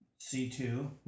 C2